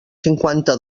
cinquanta